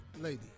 lady